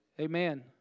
Amen